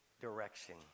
direction